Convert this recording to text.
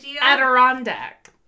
Adirondack